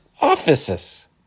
offices